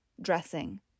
dressing